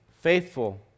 faithful